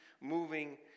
moving